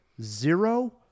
Zero